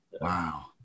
wow